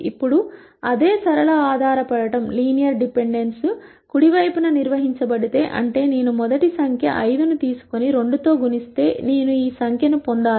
ఇప్పుడు అదే సరళ ఆధారపడటం కుడి వైపున నిర్వహించబడితే అంటే నేను మొదటి సంఖ్య 5 ను తీసుకొని 2 తో గుణిస్తే నేను ఈ సంఖ్యను పొందాలి